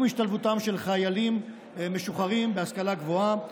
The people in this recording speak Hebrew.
השתלבותם של חיילים משוחררים בהשכלה גבוהה,